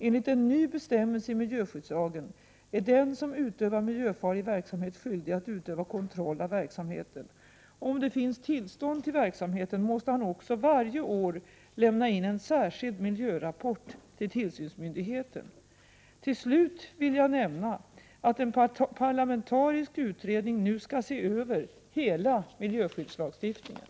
Enligt en ny bestämmelse i miljöskyddslagen är den som utövar miljöfarlig verksamhet skyldig att utöva kontroll av verksamheten. Om det finns tillstånd till verksamheten, måste han också varje år lämna in en särskild miljörapport till tillsynsmyndigheten. Till slut vill jag nämna att en parlamentarisk utredning nu skall se över hela miljöskyddslagstiftningen.